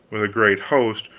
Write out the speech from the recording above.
with a great host,